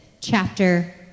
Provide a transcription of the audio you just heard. chapter